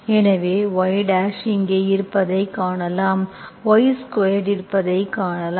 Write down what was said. எனவே y இங்கே இருப்பதை காணலாம் y2 இருப்பதை காணலாம்